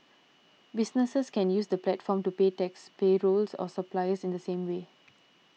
businesses can use the platform to pay taxes payrolls or suppliers in the same way